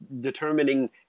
determining